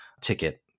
ticket